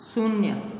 शून्य